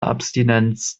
abstinenz